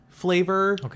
flavor